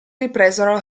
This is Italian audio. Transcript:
ripresero